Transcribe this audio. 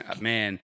man